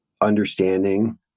understanding